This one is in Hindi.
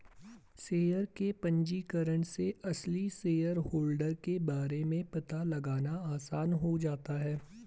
शेयर के पंजीकरण से असली शेयरहोल्डर के बारे में पता लगाना आसान हो जाता है